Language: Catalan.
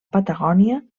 patagònia